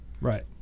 Right